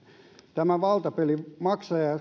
tämän valtapelin maksajiksi